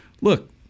Look